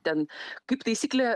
ten kaip taisyklė